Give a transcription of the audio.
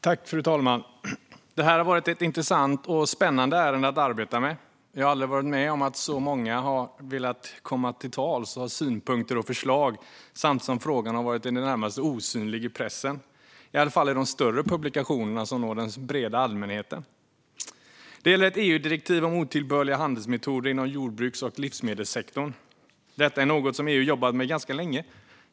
Fru talman! Det här har varit ett intressant och spännande ärende att arbeta med. Jag har aldrig varit med om att så många har velat komma till tals, ha synpunkter och ge förslag samtidigt som frågan har varit i det närmaste osynlig i pressen, i alla fall i de stora publikationer som når den breda allmänheten. Detta gäller ett EU-direktiv om otillbörliga handelsmetoder inom jordbruks och livsmedelssektorn som EU har jobbat med ganska länge.